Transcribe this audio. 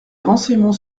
renseignements